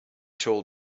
told